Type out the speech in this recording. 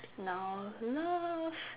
now love